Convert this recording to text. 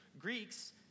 Greeks